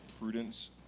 Prudence